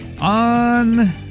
on